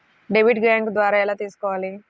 Debit bank ద్వారా ఎలా తీసుకోవాలి?